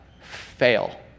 fail